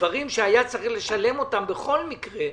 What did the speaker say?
ודברים שהיה צריך לשלם בכל מקרה,